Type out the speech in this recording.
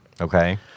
Okay